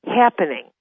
happening